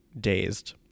dazed